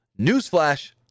Newsflash